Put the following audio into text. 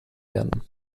werden